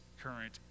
current